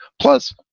Plus